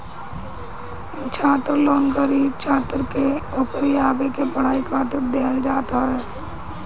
छात्र लोन गरीब छात्र के ओकरी आगे के पढ़ाई खातिर देहल जात हवे